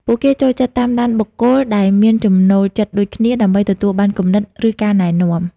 ពួកគេចូលចិត្តតាមដានបុគ្គលដែលមានចំណូលចិត្តដូចគ្នា ដើម្បីទទួលបានគំនិត ឬការណែនាំ។